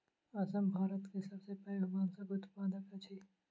असम भारत के सबसे पैघ बांसक उत्पादक अछि